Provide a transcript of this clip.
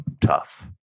Tough